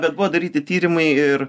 bet buvo daryti tyrimai ir